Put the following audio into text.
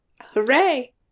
Hooray